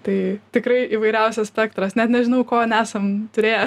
tai tikrai įvairiausias spektras net nežinau ko nesam turėję